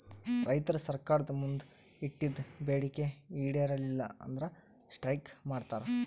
ರೈತರ್ ಸರ್ಕಾರ್ದ್ ಮುಂದ್ ಇಟ್ಟಿದ್ದ್ ಬೇಡಿಕೆ ಈಡೇರಲಿಲ್ಲ ಅಂದ್ರ ಸ್ಟ್ರೈಕ್ ಮಾಡ್ತಾರ್